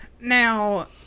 now